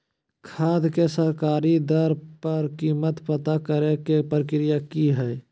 खाद के सरकारी दर पर कीमत पता करे के प्रक्रिया की हय?